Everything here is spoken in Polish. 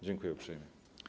Dziękuję uprzejmie.